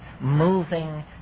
moving